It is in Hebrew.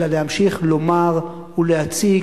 אלא להמשיך לומר ולהציק,